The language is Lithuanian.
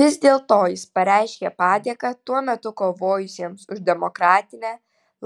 vis dėlto jis pareiškė padėką tuo metu kovojusiems už demokratinę